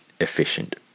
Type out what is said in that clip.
efficient